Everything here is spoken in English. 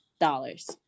dollars